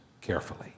carefully